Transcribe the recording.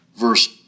verse